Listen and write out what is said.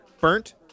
burnt